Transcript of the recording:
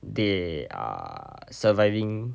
they are surviving